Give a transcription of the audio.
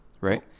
Right